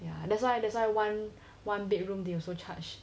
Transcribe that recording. ya that's why that's why one one bedroom they also charged